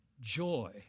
joy